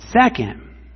Second